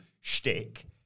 shtick